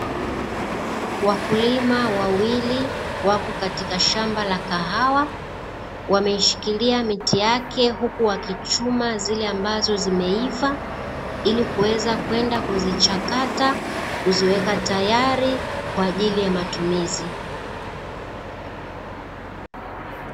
Wakulima wawili wapo katika shamba la kahawa, wameshikilia miti yake huku wakichuma zile ambazo zimeiva ili kuweza kwenda kuzichakata, kuziweka tayari kwa ajili ya matumizi.